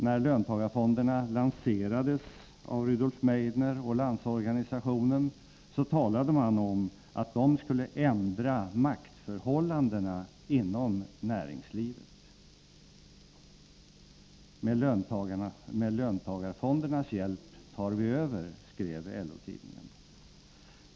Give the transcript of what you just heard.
När löntagarfonderna lanserades av Rudolf Meidner och LO talade man om att de skulle ändra maktförhållandena inom näringslivet. Med löntagarfondernas hjälp tar vi över, skrev LO-tidningen.